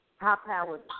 high-powered